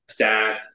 stats